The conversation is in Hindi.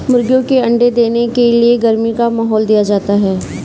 मुर्गियों के अंडे देने के लिए गर्मी का माहौल दिया जाता है